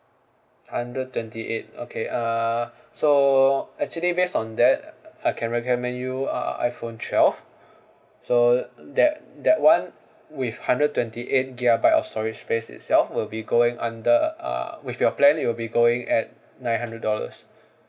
hundred twenty eight okay uh so actually base on that uh I can recommend you uh iPhone twelve so that that one with hundred twenty eight gigabyte of storage itself will be going under uh with your plan it will be going at nine hundred dollars